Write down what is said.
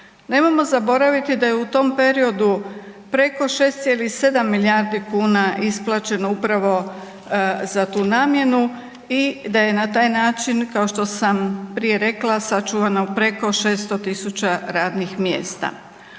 Nemojmo zaboraviti da je u tom periodu preko 6,7 milijardi kuna isplaćeno upravo za tu namjenu i da je na taj način kao što sam prije rekla sačuvano preko 600.000 radnih mjesta.